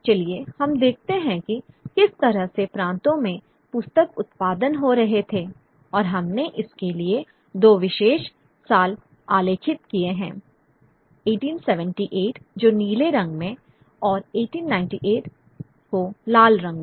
चलिए हम देखते हैं कि किस तरह से प्रांतों में पुस्तक उत्पादन हो रहे थे और हमने इसके लिए दो विशेष साल आलेखित किए हैं 1878 को नीले रंग में और 1898 को लाल रंग में